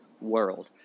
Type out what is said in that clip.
world